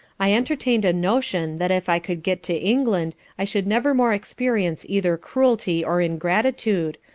i entertain'd a notion that if i could get to england i should never more experience either cruelty or ingratitude,